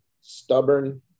stubborn